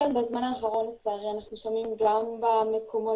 בזמן האחרון לצערי אנחנו שומעים גם במקומות